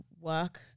work